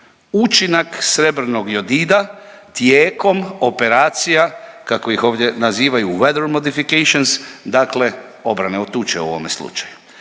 učinak srebrnog jodida tijekom operacija, kako ih ovdje nazivaju weather modifications, dakle obrane od tuče u ovome slučaju,